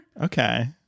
okay